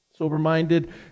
Sober-minded